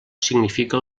significa